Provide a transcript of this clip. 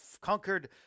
conquered